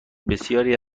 بسیاری